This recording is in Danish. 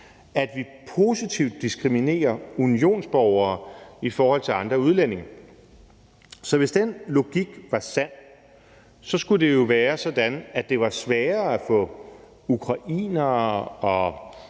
at vi positivt diskriminerer unionsborgere i forhold til andre udlændinge, så hvis den logik var sand, skulle det jo være sådan, det var sværere at få ukrainere og